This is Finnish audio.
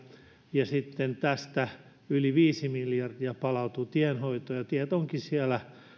ja sitten siitä yli viisi miljardia palautuu tienhoitoon ja tiet ovatkin siellä